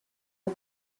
del